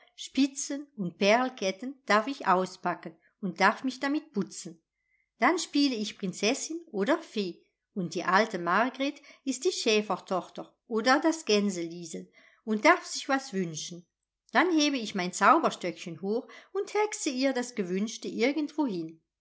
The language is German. spitzen und perlketten darf ich auspacken und darf mich damit putzen dann spiele ich prinzessin oder fee und die alte margret ist die schäfertochter oder das gänseliesel und darf sich was wünschen dann hebe ich mein zauberstöckchen hoch und hexe ihr das gewünschte irgendwohin